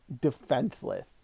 Defenseless